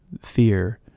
fear